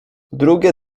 drugie